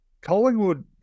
Collingwood